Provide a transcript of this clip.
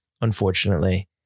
unfortunately